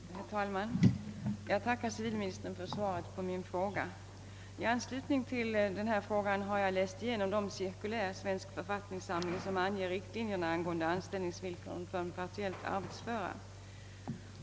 Herr talman! Jag tackar civilministern för svaret på min fråga. I anslut ning till denna har jag läst igenom de cirkulär i Svensk författningssamling som anger riktlinjerna angående anställningsvillkor för partiellt arbetsföra.